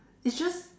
it's just